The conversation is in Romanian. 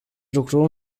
lucru